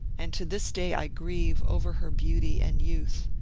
and to this day i grieve over her beauty and youth,